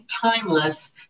timeless